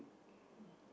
MS<